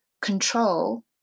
control